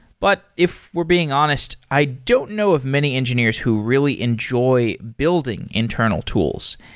but if we're being honest, i don't know of many engineers who really enjoy building internal tools.